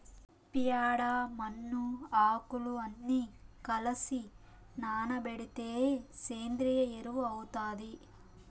ప్యాడ, మన్ను, ఆకులు అన్ని కలసి నానబెడితే సేంద్రియ ఎరువు అవుతాది